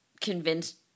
convinced